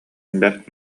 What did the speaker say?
бэрт